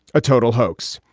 a total hoax.